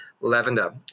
lavender